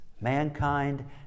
mankind